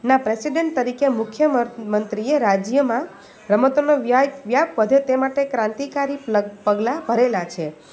ના પ્રેસિડેન્ટ તરીકે મુખ્યમંત્રીએ રાજ્યમાં રમતોનો વ્યાય વ્યાપ વધે તે માટે ક્રાંતિકારી પ્ર પગલાં ભરેલા છે